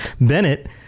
Bennett